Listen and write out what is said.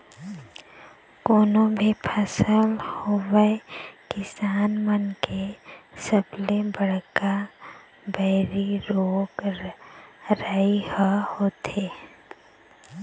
कोनो भी फसल होवय किसान मन के सबले बड़का बइरी रोग राई ह होथे